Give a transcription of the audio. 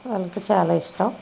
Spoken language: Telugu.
వాళ్ళకి చాలా ఇష్టం